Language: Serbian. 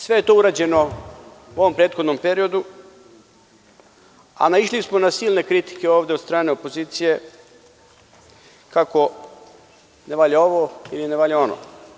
Sve je to urađeno u ovom prethodnom periodu, a našili smo na silne kritike ovde od strane opozicije kako ne valja ovo ili ne valja ono.